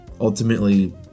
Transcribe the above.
Ultimately